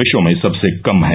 विश्व में सबसे कम है